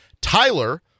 Tyler